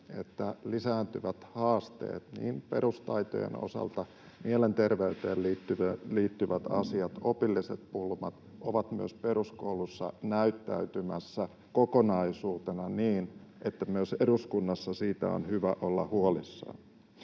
että lisääntyvät haasteet perustaitojen osalta, mielenterveyteen liittyvät asiat ja opilliset pulmat ovat myös peruskoulussa näyttäytymässä kokonaisuutena niin, että myös eduskunnassa siitä on hyvä olla huolissaan.